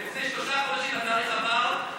ולפני שלושה חודשים התאריך עבר,